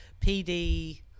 pd